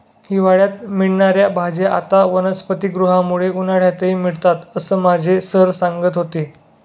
हिवाळ्यात मिळणार्या भाज्या आता वनस्पतिगृहामुळे उन्हाळ्यातही मिळतात असं माझे सर सांगत होते